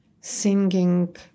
singing